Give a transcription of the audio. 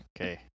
Okay